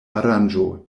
aranĝo